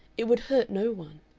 it would hurt no one.